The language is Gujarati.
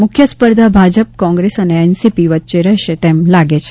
મુખ્ય સ્પર્ધા ભાજપ કોંગ્રેસ અને એનસીપી વચ્ચે રહેશે તેમ લાગે છે